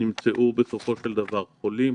נמצאו בסופו של דבר חולים,